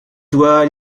doigts